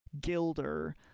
Gilder